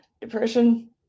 depression